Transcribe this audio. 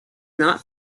not